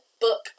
book